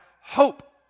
hope